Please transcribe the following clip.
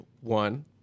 one